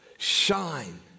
Shine